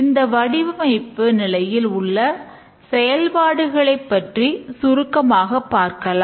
இந்த வடிவமைப்பு நிலையில் உள்ள செயல்பாடுகளைப் பற்றி சுருக்கமாகப் பார்க்கலாம்